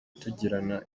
tugirana